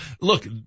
look